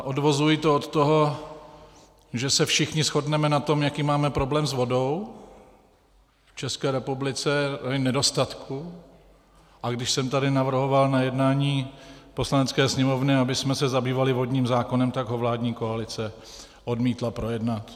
Odvozuji to od toho, že se všichni shodneme na tom, jaký máme problém s vodou v České republice, s jejím nedostatkem, a když jsem tady navrhoval na jednání Poslanecké sněmovny, abychom se zabývali vodním zákonem, tak ho vládní koalice odmítla projednat.